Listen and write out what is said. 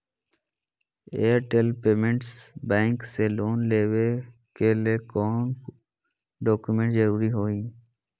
Airtel payments bank से loan लेवे के ले कौन कौन डॉक्यूमेंट जरुरी होइ?